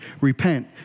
repent